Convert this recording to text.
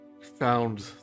found